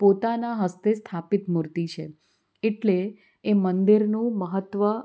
પોતાના હસ્તે સ્થાપિત મૂર્તિ છે એટલે એ મંદિરનું મહત્ત્વ